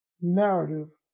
narrative